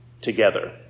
together